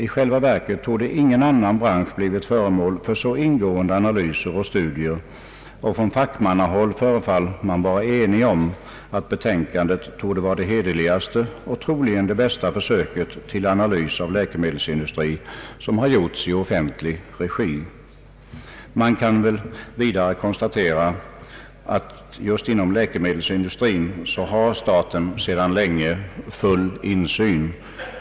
I själva verket torde ingen annan bransch ha blivit föremål för så ingående analyser och studier, och från fackmannahåll förefaller man vara ense om att betänkandet är det hederligaste och troligen bästa försöket till analys av läkemedelsindustrin som gjorts i offentlig regi. Vidare kan väl konstateras att just inom läkemedelsindustrin har staten sedan länge full insyn.